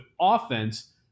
offense